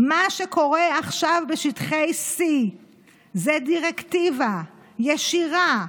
מה שקורה עכשיו בשטחי C זה דירקטיבה ישירה,